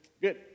Good